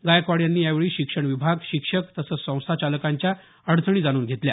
गायकवाड यांनी यावेळी शिक्षण विभाग शिक्षक तसंच संस्था चालकांच्या अडचणी जाणून घेतल्या